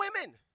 women